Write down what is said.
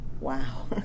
Wow